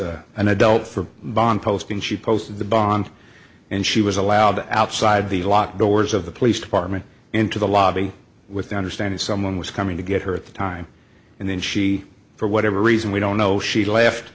an adult for bond post when she posted the bond and she was allowed outside the locked doors of the police department into the lobby with understand if someone was coming to get her at the time and then she for whatever reason we don't know she left